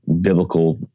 biblical